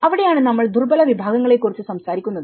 അവിടെയാണ് നമ്മൾ ദുർബല വിഭാഗങ്ങളെക്കുറിച്ച് സംസാരിക്കുന്നത്